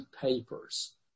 papers